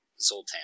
Zoltan